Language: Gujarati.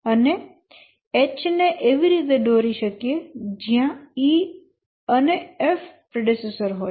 અને H ને એવી રીતે દોરી શકીએ જયાં E અને F પ્રેડેસેસર હોય